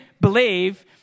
believe